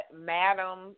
Madam